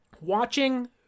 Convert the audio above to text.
watching